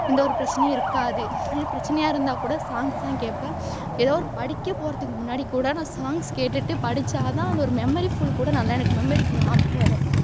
எந்தவொரு பிரச்சனையும் இருக்காது நிறையா பிரச்சனையாக இருந்தால்கூட சாங் தான் கேட்பேன் எதோ ஒரு படிக்கப்போகிறதுக்கு முன்னாடி கூட நான் சாங்க்ஸ் கேட்டுட்டு படிச்சால்தான் அந்த ஒரு மெமரிஃபுல் கூட நல்லா எனக்கு மெமரிக்கு வரும்